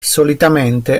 solitamente